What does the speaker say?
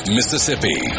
Mississippi